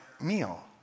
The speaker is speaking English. meal